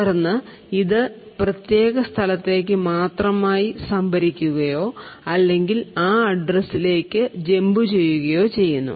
തുടർന്ന് ഇത് പ്രത്യേക സ്ഥലത്തേക്ക് പ്രത്യേകമായി സംഭരിക്കുകയോ അല്ലെങ്കിൽ ആ അഡ്രസിലേക്ക് ജമ്പ് ചെയ്യുകയോ ചെയ്യുന്നു